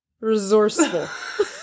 resourceful